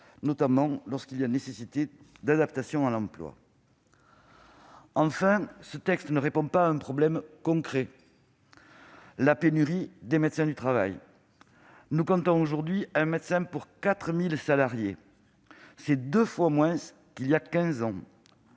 surtout lorsqu'il y a une nécessité d'adaptation à l'emploi. Enfin, ce texte ne répond pas au problème concret de la pénurie de médecins du travail. Nous comptons aujourd'hui 1 médecin pour 4 000 salariés : c'est deux fois moins qu'il y a quinze